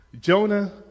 Jonah